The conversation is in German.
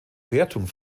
wertung